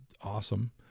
awesome